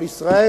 אבל ישראל,